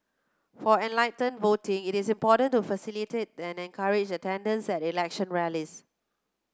for enlightened voting it is important to facilitate and encourage attendance at election rallies